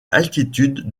altitude